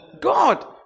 God